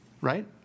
right